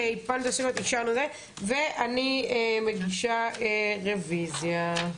אני מגישה רביזיה,